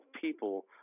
people